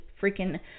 freaking